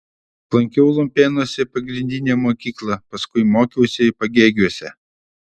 lankiau lumpėnuose pagrindinę mokyklą paskui mokiausi pagėgiuose